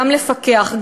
גם לפקח,